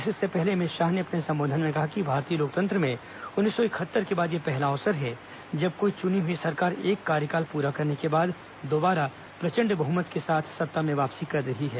इससे पहले अमित शाह ने अपने संबोधन में कहा कि भारतीय लोकतंत्र में उन्नीस सौ इकहत्तर के बाद यह पहला अवसर है जब कोई चुनी हुई सरकार एक कार्यकाल पूरा करने के बाद दोबारा प्रचंड बहुमत के साथ सत्ता में वापसी कर रही है